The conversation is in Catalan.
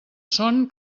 son